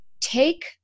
take